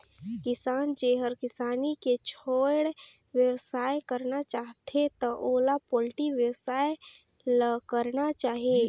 किसान जेहर किसानी के छोयड़ बेवसाय करना चाहथे त ओला पोल्टी बेवसाय ल करना चाही